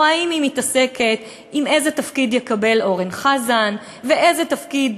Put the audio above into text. או שהיא מתעסקת עם איזה תפקיד יקבל אורן חזן ואיזה תפקיד,